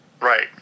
Right